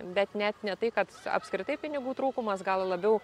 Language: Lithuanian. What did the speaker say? bet net ne tai kad apskritai pinigų trūkumas gal labiau